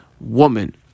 woman